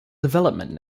development